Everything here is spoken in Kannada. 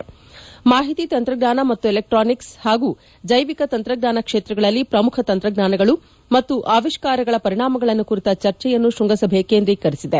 ಮಾಹಿತಿ ತಂತ್ರಜ್ಞಾನ ಮತ್ತು ಎಲೆಕ್ಟ್ರಾನಿಕ್ಸ್ ಹಾಗೂ ಜೈವಿಕ ತಂತ್ರಜ್ಞಾನ ಕ್ಷೇತ್ರಗಳಲ್ಲಿ ಪ್ರಮುಖ ತಂತ್ರಜ್ಞಾನಗಳು ಮತ್ತು ಆವಿಷ್ಕಾರಗಳ ಪರಿಣಾಮಗಳನ್ನು ಕುರಿತ ಚರ್ಚೆಯನ್ನು ಶ್ವಂಗಸಭೆಯು ಕೇಂದ್ರೀಕರಿಸಿದೆ